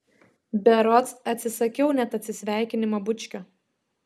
berods atsisakiau net atsisveikinimo bučkio